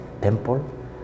temple